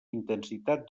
intensitat